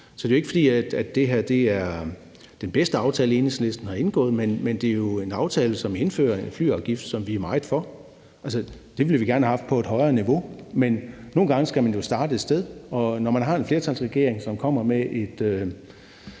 Så det er jo ikke, fordi det her er den bedste aftale, Enhedslisten har indgået, men det er jo en aftale, som indfører en flyafgift, som vi går meget ind for. Altså, den ville vi godt have haft op på et højere niveau, men nogle gange skal man jo starte et sted, og når man har en flertalsregering, som kommer med et